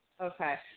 Okay